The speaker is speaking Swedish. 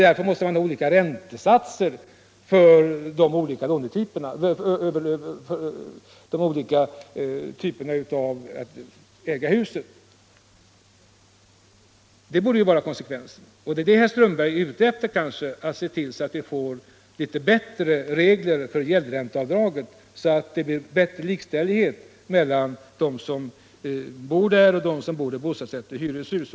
Därför måste vi också ha olika räntesatser för olika typer av husägande. Det borde vara konsekvensen. Och det är kanske det som herr Strömberg är ute efter — alltså att se till att vi får litet bättre regler för gäldränteavdragen, så att det den vägen skapas bättre likställighet mellan dem som bor i småhus och de människor som bor med bostadsrätt i hyreshus.